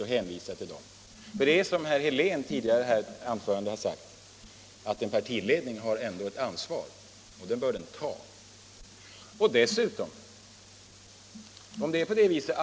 Som herr Helén sade i ett tidigare anförande har en partiledning ändå ett ansvar, och det bör den ta.